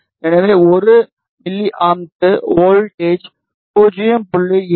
எனவே 1 எம்எ க்கு வோல்ட்டேஜ் 0